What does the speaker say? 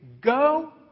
go